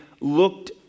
looked